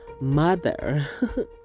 mother